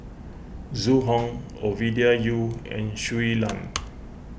Zhu Hong Ovidia Yu and Shui Lan